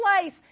place